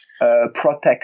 Protect